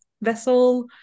vessel